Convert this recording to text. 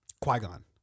Qui-Gon